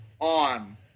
on